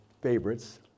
favorites